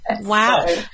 Wow